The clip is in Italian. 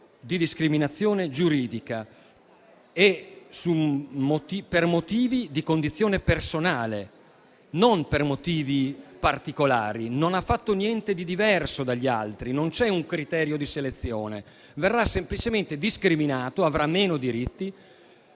di discriminazione giuridica, per motivi di condizione personale e non per motivi particolari. Non ha fatto niente di diverso dagli altri, non c'è un criterio di selezione; verrà semplicemente discriminato e avrà meno diritti